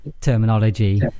terminology